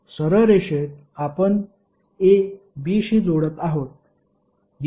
सरळ रेषेत आपण a b शी जोडत आहोत